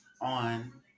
on